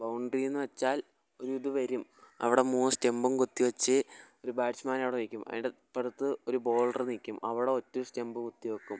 boundary എന്ന് വെച്ചാൽ ഒരിത് വരും അവിടെ മൂന്ന് സ്റ്റമ്പും കുത്തി വെച്ച് ഒരു ബാറ്റ്സ് മാൻ അവിടെ നിൽക്കും അതിൻ്റെ തൊട്ടടുത്ത് ഒരു ബോളർ നിൽക്കും അവിടെ ഒറ്റ സ്റ്റമ്പും കുത്തി വെക്കും